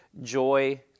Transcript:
Joy